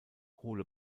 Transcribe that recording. hohle